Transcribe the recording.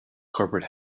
corporate